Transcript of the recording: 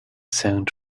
sound